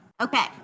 Okay